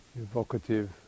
Evocative